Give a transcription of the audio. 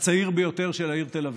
הצעיר ביותר של העיר תל אביב,